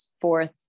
fourth